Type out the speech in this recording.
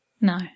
No